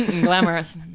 Glamorous